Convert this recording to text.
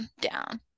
down